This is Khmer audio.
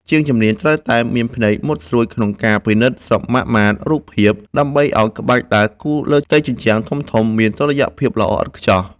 ជាងជំនាញត្រូវមានភ្នែកមុតស្រួចក្នុងការពិនិត្យសមាមាត្ររូបភាព ដើម្បីឱ្យក្បាច់ដែលគូរលើផ្ទៃជញ្ជាំងធំៗមានតុល្យភាពល្អឥតខ្ចោះ។